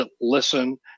listen